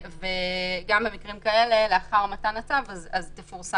גם במקרים כאלה לאחר מתן הצו תפורסם